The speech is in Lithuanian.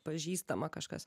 pažįstama kažkas